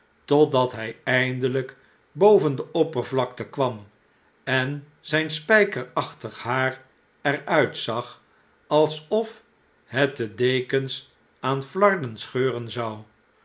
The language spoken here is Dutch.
totdat hij eindeln'k boven de oppervlakte kwam enzpspjjkerachtig haar er uitzag alsof het de dekens aan harden scheuren zou